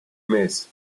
mes